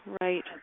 right